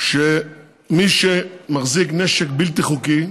שמי שמחזיק נשק בלתי חוקי,